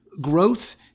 Growth